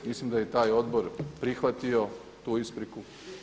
Mislim da je taj odbor prihvatio tu ispriku.